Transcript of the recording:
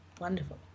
wonderful